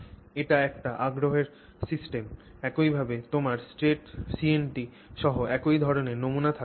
এটি একটি আগ্রহের সিস্টেম একইভাবে তোমার straights CNT সহ একই ধরণের নমুনা থাকতে পারে